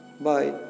Bye